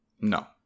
No